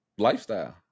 lifestyle